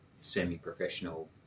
semi-professional